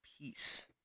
peace